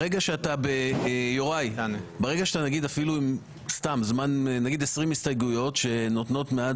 ברגע שאתה נגיד עם 20 הסתייגויות שנותנות מעט